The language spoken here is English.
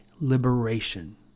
liberation